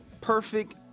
perfect